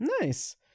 nice